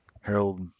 Harold